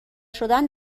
شدن